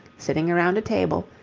sitting around a table,